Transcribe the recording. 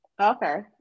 Okay